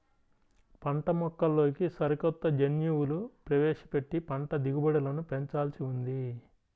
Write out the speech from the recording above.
పంటమొక్కల్లోకి సరికొత్త జన్యువులు ప్రవేశపెట్టి పంట దిగుబడులను పెంచాల్సి ఉంది